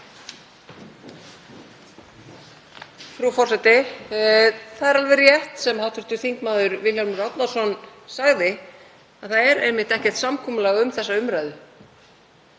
Það er alveg rétt sem hv. þm. Vilhjálmur Árnason sagði, að það er einmitt ekkert samkomulag um þessa umræðu.